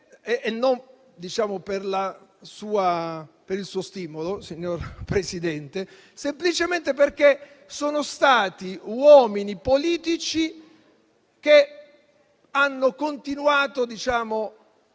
non per suo stimolo, signor Presidente, ma semplicemente perché sono stati uomini politici che hanno continuato